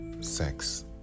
sex